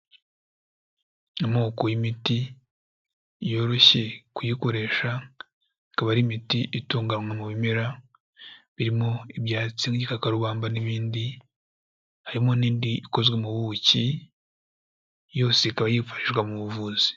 Amoko y'imiti, yoroshye kuyikoresha, akaba ari imiti itunganywa mu bimera, birimo ibyatsi by'igikakarubamba n'ibindi harimo n'indi ikozwe mu buki, yose ikaba yifashishwa mu buvuzi.